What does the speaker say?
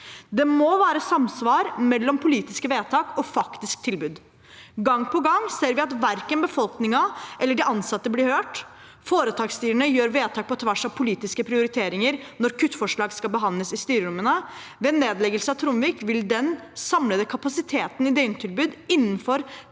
Det må være samsvar mellom politiske vedtak og faktisk tilbud. Gang på gang ser vi at verken befolkningen eller de ansatte blir hørt. Foretaksstyrene gjør vedtak på tvers av politiske prioriteringer når kuttforslag skal behandles i styrerommene. Ved nedleggelse av Tronvik vil den samlede kapasiteten i døgntilbud innenfor